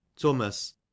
Thomas